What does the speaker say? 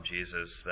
Jesus